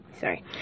Sorry